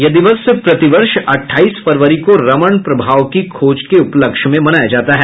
यह दिवस प्रतिवर्ष अट्ठाईस फरवरी को रमण प्रभाव की खोज के उपलक्ष्य में मनाया जाता है